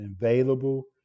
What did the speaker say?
available